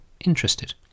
interested